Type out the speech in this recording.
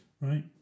right